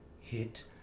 hit